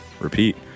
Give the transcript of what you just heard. repeat